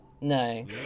No